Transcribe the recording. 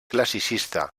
classicista